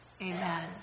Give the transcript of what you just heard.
Amen